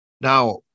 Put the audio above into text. Now